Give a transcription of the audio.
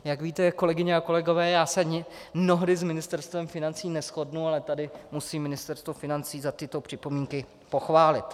Jak víte, kolegyně a kolegové, já se mnohdy s Ministerstvem financí neshodnu, ale tady musím Ministerstvo financí za tyto připomínky pochválit.